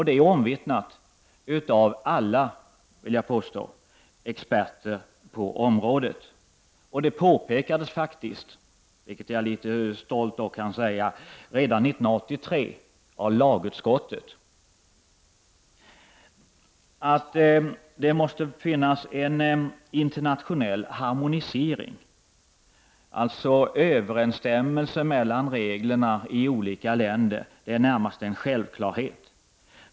Det är omvittnat av alla experter på området, vill jag påstå, och det påpekades faktiskt, vilket jag litet stolt kan säga, redan 1983 av lagutskottet. Att det måste finnas en internationell harmonisering, alltså överensstämmelse mellan reglerna i olika länder, är närmast en självklarhet.